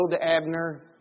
Abner